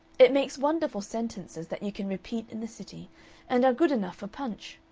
it makes wonderful sentences that you can repeat in the city and are good enough for punch.